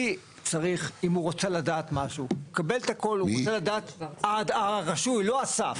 אני צריך, אם הוא צריך לדעת משהו, הרשוי לא אסף.